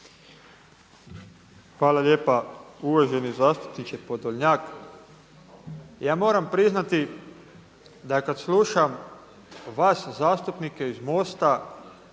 Hvala lijepa. Uvaženi zastupniče Podoljnjak, ja moram priznati da kada slušam vas zastupnike iz MOST-a,